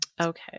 Okay